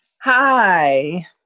Hi